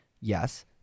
Yes